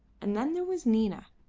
and then there was nina.